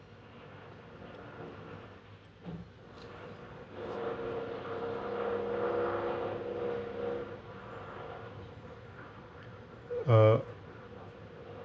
uh